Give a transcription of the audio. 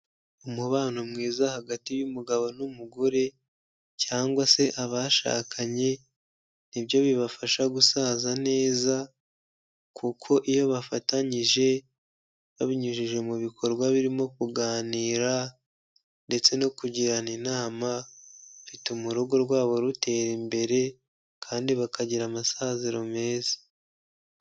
Umubano mwiza hagati y'umugabo n'umugore cyangwa se abashakanye ni byo bibafasha gusaza neza kuko iyo bafatanyije, babinyujije mu bikorwa birimo kuganira ndetse no kugirana inama, bituma urugo rwabo rutera imbere kandi bakagira amasaziro meza.